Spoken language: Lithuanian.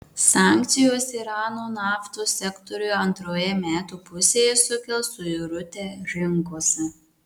sankcijos irano naftos sektoriui antroje metų pusėje sukels suirutę rinkose